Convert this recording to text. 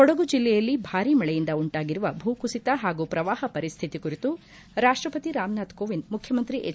ಕೊಡಗು ಜಿಲ್ಲೆಯಲ್ಲಿ ಭಾರಿ ಮಳೆಯಿಂದ ಉಂಟಾಗಿರುವ ಭೂ ಕುಸಿತ ಹಾಗೂ ಪ್ರವಾಹ ಪರಿಸ್ಥಿತಿ ಕುರಿತು ರಾಷ್ಷಪತಿ ರಾಮನಾಥ್ ಕೋವಿಂದ್ ಮುಖ್ಯಮಂತ್ರಿ ಎಚ್